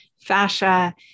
fascia